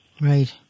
Right